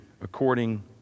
according